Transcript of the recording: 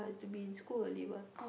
to be in school early what